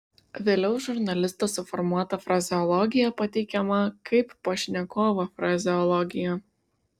vėliau žurnalisto suformuota frazeologija pateikiama kaip pašnekovo frazeologija